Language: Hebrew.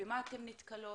במה אתן נתקלות.